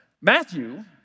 Matthew